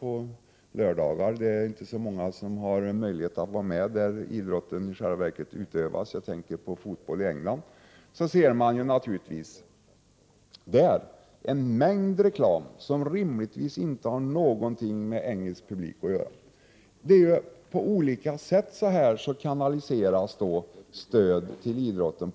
på lördagar. Det är ju inte så många som har möjlighet att vara med där idrotten utövas — jag tänker på fotbollen i England. Kring arenorna finns en mängd reklam som rimligtvis inte har något med engelsk publik att göra. På olika sätt kanaliseras stöd till idrotten.